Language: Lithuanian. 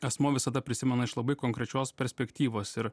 asmuo visada prisimena iš labai konkrečios perspektyvos ir